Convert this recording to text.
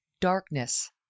darkness